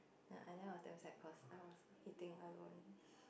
ya and then I was damn sad cause I was eating alone